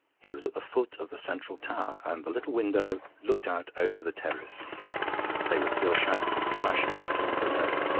he was at the foot of the central tower, and the little window looked out over the terrace they were still shouting and splashing in the pool below.